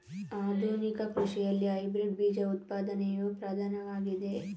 ಆಧುನಿಕ ಕೃಷಿಯಲ್ಲಿ ಹೈಬ್ರಿಡ್ ಬೀಜ ಉತ್ಪಾದನೆಯು ಪ್ರಧಾನವಾಗಿದೆ